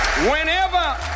Whenever